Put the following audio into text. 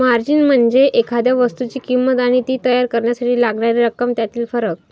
margin म्हणजे एखाद्या वस्तूची किंमत आणि ती तयार करण्यासाठी लागणारी रक्कम यातील फरक